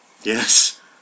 Yes